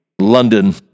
london